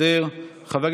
לא.